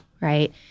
right